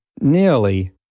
nearly